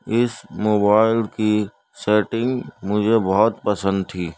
اس mobile کی setting مجھے بہت پسند تھی